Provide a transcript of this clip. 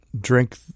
drink